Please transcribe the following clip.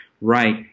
right